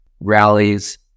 rallies